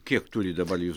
kiek turit dabar jūs